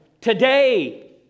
today